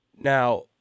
Now